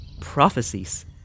prophecies